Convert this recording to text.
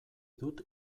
dut